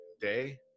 Day